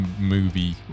movie